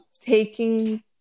taking